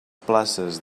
places